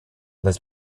this